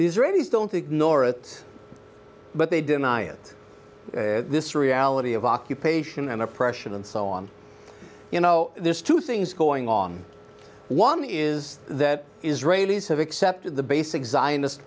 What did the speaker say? readies don't ignore it but they deny it this reality of occupation and oppression and so on you know there's two things going on one is that israelis have accepted the basic zionist